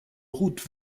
route